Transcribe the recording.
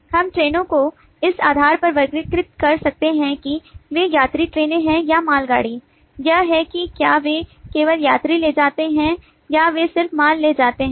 हम ट्रेनों को इस आधार पर वर्गीकृत कर सकते हैं कि वे यात्री ट्रेनें हैं या मालगाड़ी यह है कि क्या वे केवल यात्री ले जाते हैं या वे सिर्फ माल ले जाते हैं